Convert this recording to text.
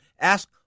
Ask